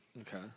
Okay